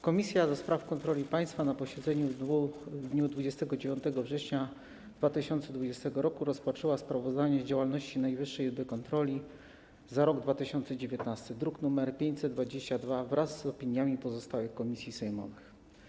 Komisja do Spraw Kontroli Państwowej na posiedzeniu w dniu 29 września 2020 r. rozpatrzyła sprawozdanie z działalności Najwyższej Izby Kontroli za rok 2019, druk nr 522, wraz z opiniami pozostałych komisji sejmowych.